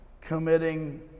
committing